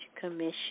Commission